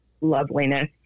loveliness